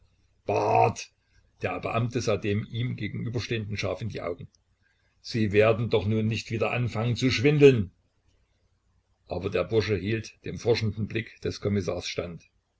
der beamte sah dem ihm gegenüberstehenden scharf in die augen sie werden doch nun nicht wieder anfangen zu schwindeln aber der bursche hielt dem forschenden blick des kommissars stand